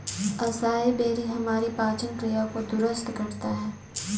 acai berry हमारी पाचन क्रिया को दुरुस्त करता है